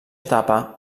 etapa